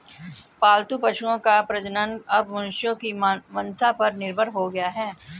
पालतू पशुओं का प्रजनन अब मनुष्यों की मंसा पर निर्भर हो गया है